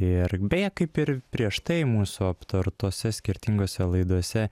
ir beje kaip ir prieš tai mūsų aptartose skirtingose laidose